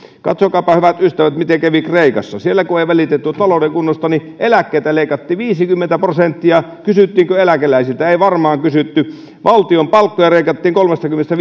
katsokaapa hyvät ystävät miten kävi kreikassa siellä kun ei välitetty talouden kunnosta niin eläkkeitä leikattiin viisikymmentä prosenttia kysyttiinkö eläkeläisiltä ei varmaan kysytty valtion palkkoja leikattiin kolmekymmentä